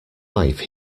life